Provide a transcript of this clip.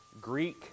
Greek